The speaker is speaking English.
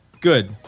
Good